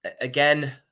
again